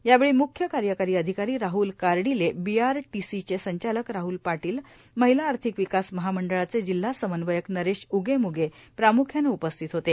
यावेळी म्ख्य कार्यकारी अधिकारी राहूल कर्डिलेए बीआरटीसीचे संचालक राहूल पाटीलए महिला आर्थिक विकास महामंडळाचे जिल्हा समन्वयक नरेश उगेम्गे प्राम्ख्यानं उपस्थित होते